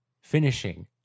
finishing